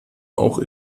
auch